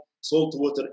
saltwater